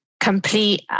complete